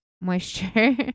moisture